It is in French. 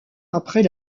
après